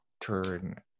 turn